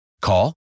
Call